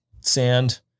sand